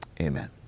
Amen